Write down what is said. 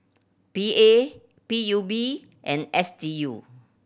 P A P U B and S D U